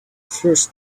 first